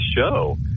show